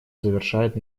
завершает